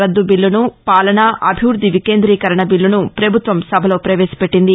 రద్దు బీల్లను పాలన అభివృద్ది వికేందీకరణ బీల్లను ప్రభుత్వం సభలో ప్రవేశపెట్టింది